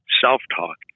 self-talk